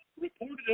reported